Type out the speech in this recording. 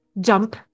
jump